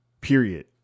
Period